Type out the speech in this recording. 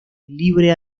libre